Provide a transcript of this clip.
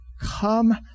Come